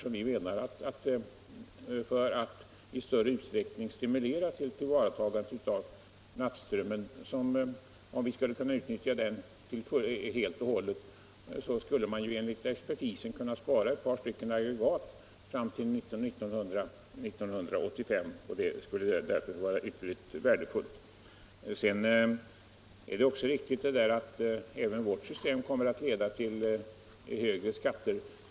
Om man i större utsträckning stimulerar till tillvaratagande av nattströmmen, så att denna kan utnyttjas till fullo, skulle man enligt expertisen kunna spara in ett par aggregat fram till 1985, vilket skulle vara ytterligt värdefullt. Det är vidare naturligtvis riktigt att även vårt system kommer att leda till högre skatter.